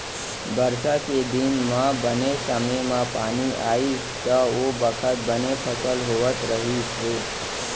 बरसा के दिन म बने समे म पानी आइस त ओ बखत बने फसल होवत रहिस हे